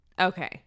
Okay